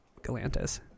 Galantis